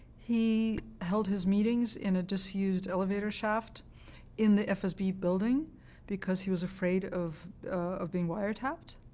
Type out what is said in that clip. he held his meetings in a disused elevator shaft in the fsb building because he was afraid of of being wiretapped.